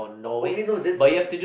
oh okay no that's be